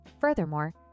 Furthermore